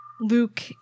Luke